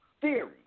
theory